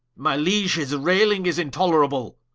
my liege, his rayling is intollerable.